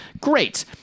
Great